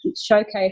showcase